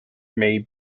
may